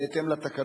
בהתאם לתקנון.